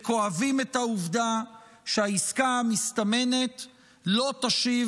וכואבים את העובדה שהעסקה המסתמנת לא תשיב